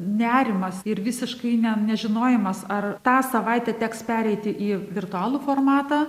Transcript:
nerimas ir visiškai ne nežinojimas ar tą savaitę teks pereiti į virtualų formatą